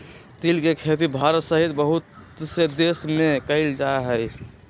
तिल के खेती भारत सहित बहुत से देश में कइल जाहई